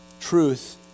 Truth